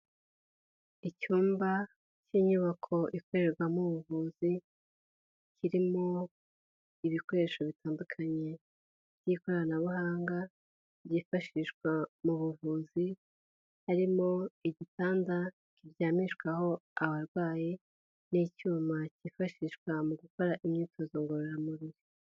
Icyumba cy'inyubako ikorerwamo ubuvuzi, kirimo ibikoresho bitandukanye by'ikoranabuhanga, byifashishwa mu buvuzi, harimo igitanda kiryamishwaho abarwayi n'icyuma cyifashishwa mu gukora imyitozo ngororamubiri.